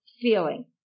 feeling